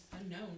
Unknown